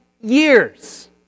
years